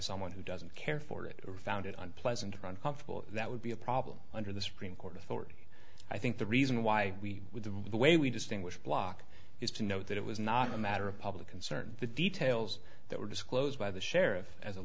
someone who doesn't care for it or found it unpleasant or uncomfortable that would be a problem under the supreme court authority i think the reason why we with the way we distinguish block is to note that it was not a matter of public concern the details that were disclosed by the sheriff as a